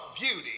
beauty